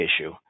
issue